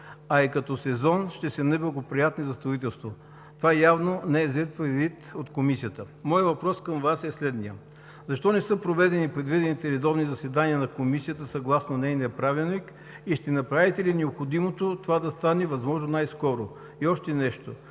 а и като сезон ще са неблагоприятни за строителство. Това явно не е взето предвид от Комисията. Моят въпрос към Вас е следният: защо не са проведени предвидените редовни заседания на Комисията съгласно нейния правилник и ще направите ли необходимото това да стане възможно най-скоро? Ще